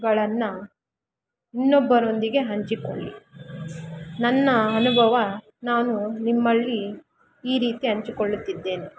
ಗಳನ್ನು ಇನ್ನೊಬ್ಬರೊಂದಿಗೆ ಹಂಚಿಕೊಳ್ಳಿ ನನ್ನ ಅನುಭವ ನಾನು ನಿಮ್ಮಲ್ಲಿ ಈ ರೀತಿ ಹಂಚಿಕೊಳ್ಳುತ್ತಿದ್ದೇನೆ